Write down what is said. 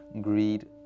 greed